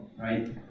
right